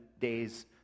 days